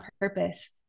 purpose